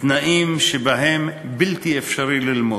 בתנאים שבהם בלתי אפשרי ללמוד.